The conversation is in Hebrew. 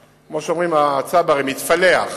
כמו שאומרים הצברים, התפלח,